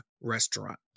restaurant